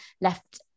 left